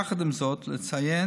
יחד עם זאת, יש לציין